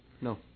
no